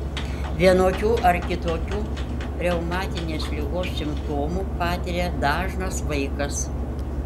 vienokių ar kitokių reumatinės ligos simptomų patiria dažnas vaikas